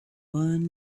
one